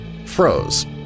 froze